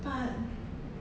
but